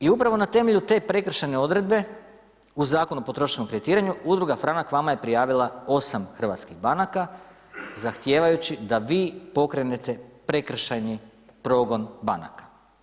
I upravo na temelju te prekršajne odredbe u zakonu o potrošačkom kreditiranju, udruga Franak vama je prijavila 8 hrvatskih banaka zahtijevajući da vi pokrenete prekršajni progon banaka.